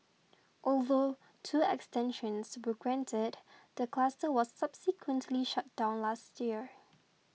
although two extensions were granted the cluster was subsequently shut down last year